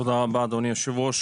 תודה רבה אדוני היושב-ראש.